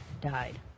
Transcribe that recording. died